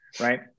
right